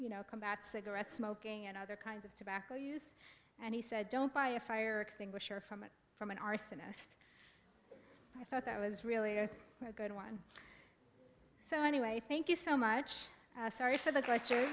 you know combats cigarette smoking and other kinds of tobacco use and he said don't buy a fire extinguisher from a from an arsonist i thought that was really a good one so anyway thank you so much sorry for the c